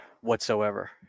whatsoever